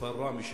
כפר ראמה,